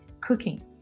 Cooking